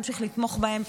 להמשיך לתמוך בהם,